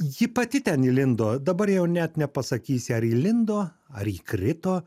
ji pati ten įlindo dabar jau net nepasakysi ar įlindo ar įkrito